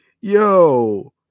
Yo